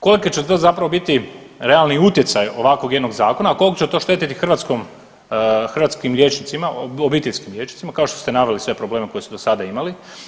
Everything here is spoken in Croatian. Kolike će to zapravo biti realni utjecaji ovakvog jednog zakona, koliko će to štetiti hrvatskim liječnicima, obiteljskim liječnicima, kao što ste naveli sve probleme koji su do sada imali.